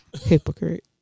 Hypocrite